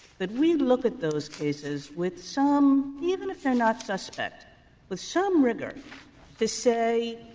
that we look at those cases with some even if they're not suspect with some rigor to say,